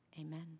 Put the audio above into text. amen